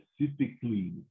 specifically